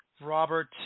Robert –